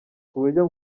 kuburyo